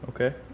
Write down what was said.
okay